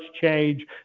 change